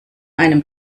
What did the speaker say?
einem